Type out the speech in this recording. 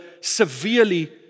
severely